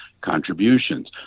contributions